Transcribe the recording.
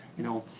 you know.